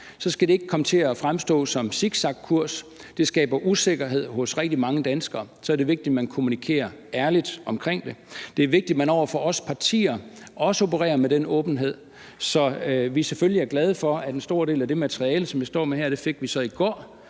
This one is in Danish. frem, så ikke kommer til at fremstå som zigzagkurs. Det skaber usikkerhed hos rigtig mange danskere. Så det er vigtigt, man kommunikerer ærligt omkring det. Det er vigtigt, at man over for os partier også opererer med den åbenhed. Så vi er selvfølgelig glade for, at vi så fik en stor del af det materiale, som jeg står med her, i går.